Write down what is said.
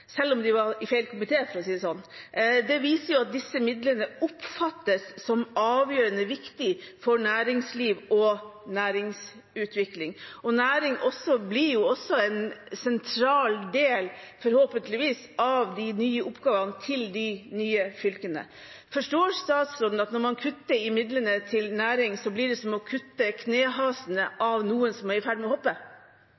selv om de var i feil komité, for å si det sånn. Det viser at disse midlene oppfattes som avgjørende viktig for næringsliv og næringsutvikling. Næring blir forhåpentligvis en sentral del av de nye oppgavene til de nye fylkene. Forstår statsråden at når man kutter i midlene til næring, blir det som å kutte knehasene